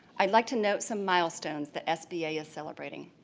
i'd like to note some milestones that sba is celebrating.